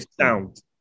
sound